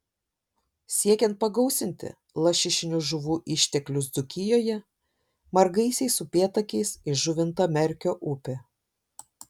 siekiant pagausinti lašišinių žuvų išteklius dzūkijoje margaisiais upėtakiais įžuvinta merkio upė